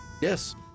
Yes